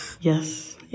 Yes